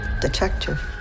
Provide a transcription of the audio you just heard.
Detective